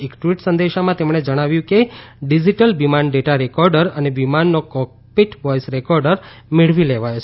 એક ટ્વિટ સંદેશામાં તેમણે જણાવ્યું કે ડીજીટલ વિમાન ડેટા રેકોર્ડર અને વિમાનનો કોકપિટ વોઇસ રોકોર્ડર મેળવી લોવાયો છે